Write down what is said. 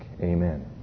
amen